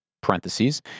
parentheses